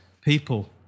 people